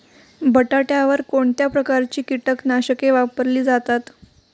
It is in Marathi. बटाट्यावर कोणत्या प्रकारची कीटकनाशके वापरली जातात?